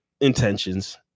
intentions